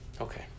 Okay